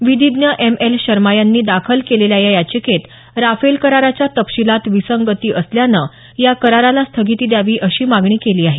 विधीज्ञ M L Sharma यांनी दाखल केलेल्या या याचिकेत राफेल कराराच्या तपशीलात विसंगती असल्यानं या कराराला स्थगिती द्यावी अशी मागणी केली आहे